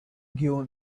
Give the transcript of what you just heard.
given